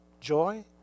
joy